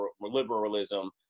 liberalism